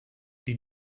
die